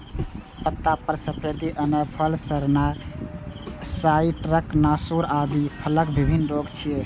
पत्ता पर सफेदी एनाय, फल सड़नाय, साइट्र्स नासूर आदि फलक विभिन्न रोग छियै